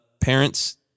parents